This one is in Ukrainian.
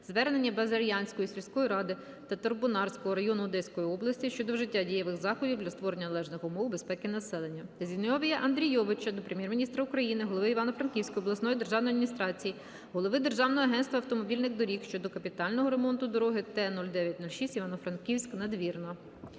звернення Базар'янської сільської ради Татарбунарського району Одеської області щодо вжиття дієвих заходів для створення належних умов безпеки населення. Зіновія Андрійовича до Прем'єр-міністра України, голови Івано-Франківської обласної державної адміністрації, голови Державного агентства автомобільних доріг щодо капітального ремонту дороги Т 0906 Івано-Франківськ-Надвірна.